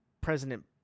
President